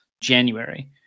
January